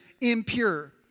impure